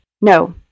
No